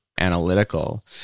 analytical